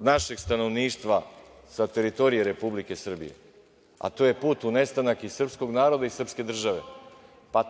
našeg stanovništva sa teritorije Republike Srbije, a to je put u nestanak i srpskog naroda i srpske države.